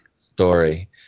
story